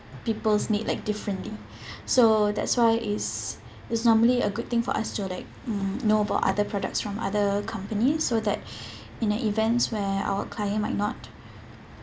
people's need like differently so that's why it's it's normally a good thing for us to like mm know about other products from other companies so that in a event where our client might not